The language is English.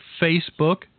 Facebook